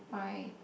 why